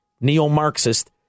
neo-Marxist